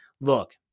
Look